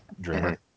Dreamer